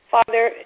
Father